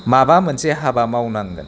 माबा मोनसे हाबा मावनांगोन